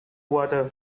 water